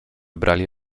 brali